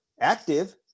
active